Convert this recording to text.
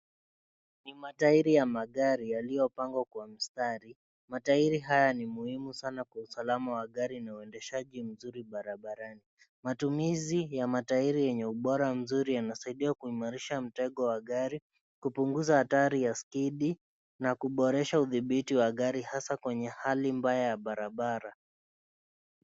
Ni mataeri ya magari yaliopangwa kwa mistari. Mataeri haya ni muhimu sana kwa usalama wa gari na uendashaji mzuri barabarani. Matumizi ya mataeri enye ubora mzuri unasaidia kumarisha mteko wa gari kupanguza hatari ya skedi na kuboresha utibiti wa gari hasa kwenye hali mbaya ya barabara.